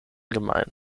gemein